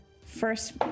First